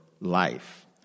life